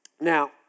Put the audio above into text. Now